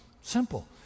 simple